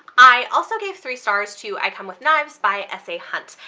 i also gave three stars to i come with knives by s a. hunt,